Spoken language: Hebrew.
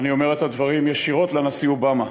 אני אומר את הדברים ישירות לנשיא אובמה: